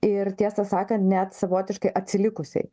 ir tiesą sakant net savotiškai atsilikusiai